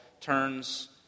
turns